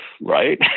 right